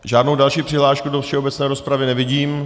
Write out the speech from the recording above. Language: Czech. Žádnou další přihlášku do všeobecné rozpravy nevidím.